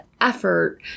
effort